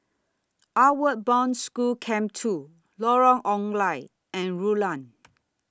Outward Bound School Camp two Lorong Ong Lye and Rulang